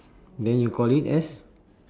then you call it as